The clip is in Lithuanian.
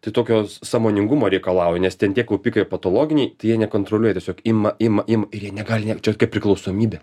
tai tokio sąmoningumo reikalauja nes ten tie kaupikai patologiniai tai jie nekontroliuoja tiesiog ima ima ir jie negali nieko čia kaip priklausomybė